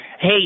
hey